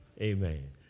Amen